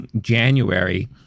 January –